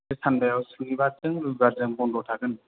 सानबायाव सुनिबारसिम रुबिबारजों बन्द' थागोन